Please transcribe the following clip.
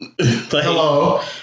Hello